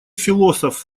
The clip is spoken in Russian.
философ